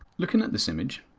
looking at this image,